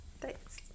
thanks